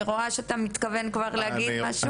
אני רואה שאתה מתכוון כבר להגיד משהו.